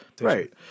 right